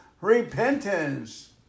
repentance